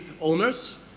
owners